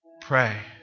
Pray